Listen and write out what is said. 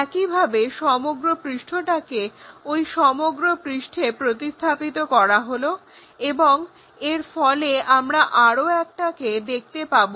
একইভাবে এই সমগ্র পৃষ্ঠটাকে ওই সমগ্র পৃষ্ঠে প্রতিস্থাপিত করা হলো এবং এর ফলে আমরা আরও একটাকে দেখতে পাবো